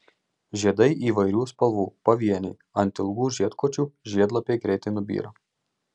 žiedai įvairių spalvų pavieniai ant ilgų žiedkočių žiedlapiai greitai nubyra